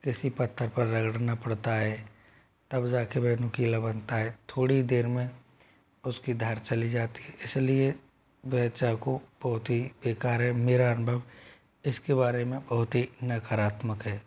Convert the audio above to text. किसी पत्थर पर रगड़ना पड़ता है तब जाकर वह नुकीला बनता है थोड़ी देर में उसकी धार चली जाती इसलिए वह चाकू बहुत ही बेकार है मेरा अनुभव इसके बारे में बहुत ही नकारात्मक है